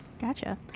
Gotcha